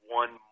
one